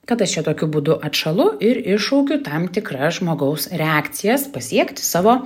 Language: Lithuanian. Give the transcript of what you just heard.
kad aš čia tokiu būdu atšalu ir iššaukiu tam tikrą žmogaus reakcijas pasiekti savo